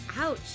Ouch